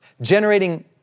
Generating